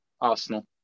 Arsenal